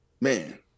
man